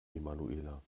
emanuela